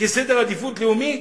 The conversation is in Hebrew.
בסדר עדיפויות לאומי,